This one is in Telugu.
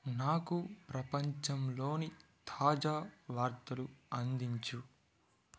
నాకు ప్రపంచంలోని తాజా వార్తలు అందించు